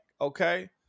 okay